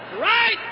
Right